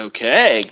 Okay